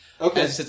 Okay